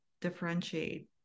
differentiate